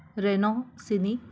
Renault scenic